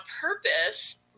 purpose